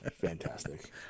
Fantastic